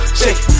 shake